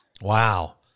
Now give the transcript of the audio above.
Wow